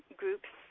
groups